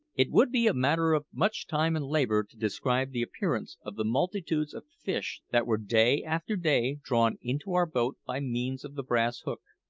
it would be a matter of much time and labour to describe the appearance of the multitudes of fish that were day after day drawn into our boat by means of the brass hook.